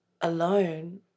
alone